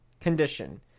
condition